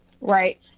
Right